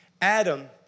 Adam